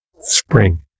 spring